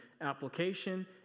application